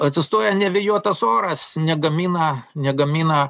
atsistoja nevėjuotas oras negamina negamina